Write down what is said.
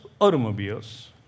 automobiles